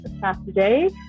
Saturday